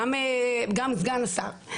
גם סגן השר,